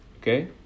Okay